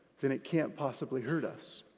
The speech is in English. then it can't possibly hurt us.